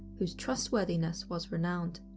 whose trustworthiness was renowned.